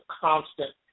constant